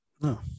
No